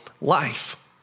life